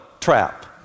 trap